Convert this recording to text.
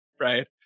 Right